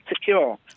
secure